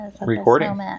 recording